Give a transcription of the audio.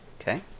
okay